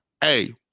hey